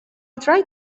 try